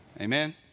Amen